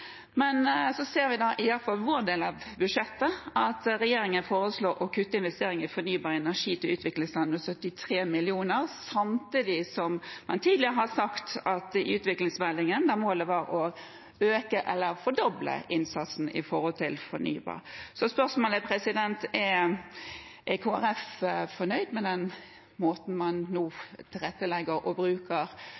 Men så ser vi at regjeringen foreslår å kutte i investeringene i fornybar energi i utviklingsland med 73 mill. kr, samtidig som man tidligere har sagt i utviklingsmeldingen at målet var å øke eller fordoble innsatsen innen fornybar energi. Så spørsmålet er: Er Kristelig Folkeparti fornøyd med den måten man nå